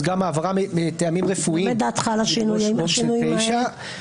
לכן גם העברה מטעמים רפואיים דורשת רוב של תשע.